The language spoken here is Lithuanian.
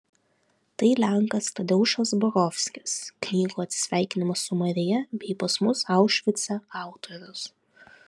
tai lenkas tadeušas borovskis knygų atsisveikinimas su marija bei pas mus aušvice autorius